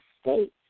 states